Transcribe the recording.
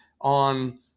on